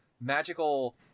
magical